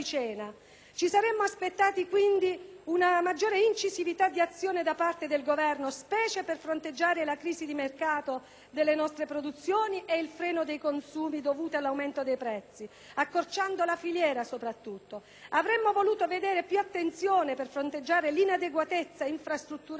ci saremmo aspettati quindi una maggiore incisività d'azione da parte del Governo, specialmente per fronteggiare la crisi di mercato delle nostre produzioni e il freno dei consumi dovuto all'aumento prezzi, soprattutto accorciando la filiera. Avremmo voluto vedere più attenzione per fronteggiare l'inadeguatezza infrastrutturale del Mezzogiorno,